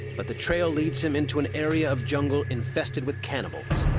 but the trail leads him into an area of jungle infested with cannibals.